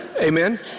Amen